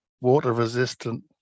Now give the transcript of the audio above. water-resistant